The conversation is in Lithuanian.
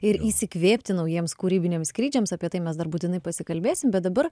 ir įsikvėpti naujiems kūrybiniams skrydžiams apie tai mes dar būtinai pasikalbėsim bet dabar